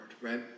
right